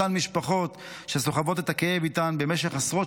אותן משפחות שסוחבות את הכאב איתן במשך עשרות